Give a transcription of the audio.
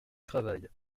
travaillent